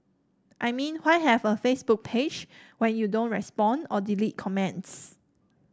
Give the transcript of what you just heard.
I mean why have a Facebook page when you don't respond or delete comments